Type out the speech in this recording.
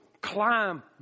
climb